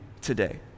today